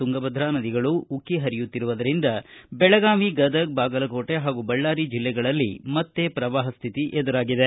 ತುಂಗಭದ್ರಾ ನದಿಗಳು ಉಕ್ಕ ಹರಿಯುತ್ತಿರುವುದರಿಂದ ಬೆಳಗಾವಿ ಗದಗ ಬಾಗಲಕೋಟೆ ಹಾಗೂ ಬಳ್ಳಾರಿ ಜಿಲ್ಲೆಗಳಲ್ಲಿ ಮತ್ತೇ ಪ್ರವಾಹ ಸ್ಥಿತಿ ಎದುರಾಗಿದೆ